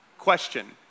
Question